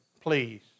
please